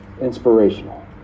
inspirational